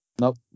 Nope